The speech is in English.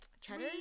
cheddar